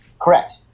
Correct